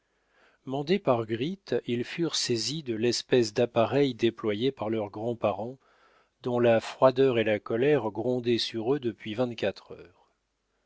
mandés par gritte ils furent saisis de l'espèce d'appareil déployé par leurs grands-parents dont la froideur et la colère grondaient sur eux depuis vingt-quatre heures